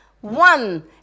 one